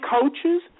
coaches